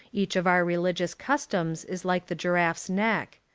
each of our religious cus toms is like the giraffe's neck.